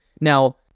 Now